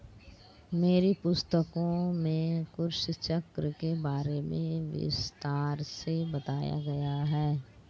मेरी पुस्तकों में कृषि चक्र के बारे में विस्तार से बताया गया है